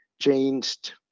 changed